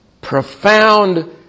profound